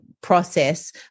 process